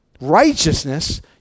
righteousness